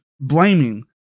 blaming